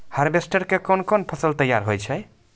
Harvester के कोन कोन फसल तैयार होय छै?